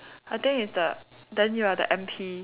I think it's the then you are the M_P